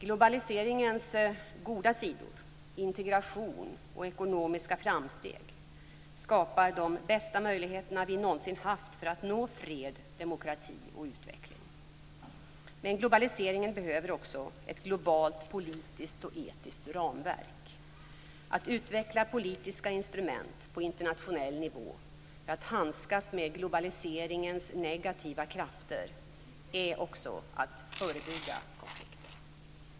Globaliseringens goda sidor - integration och ekonomiska framsteg - skapar de bästa möjligheter vi någonsin haft för att nå fred, demokrati och utveckling. Men globaliseringen behöver också ett globalt politiskt och etiskt ramverk. Att utveckla politiska instrument på internationell nivå för att handskas med globaliseringens negativa krafter är också att förebygga konflikter.